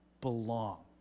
belong